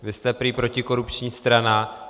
Vy jste prý protikorupční strana.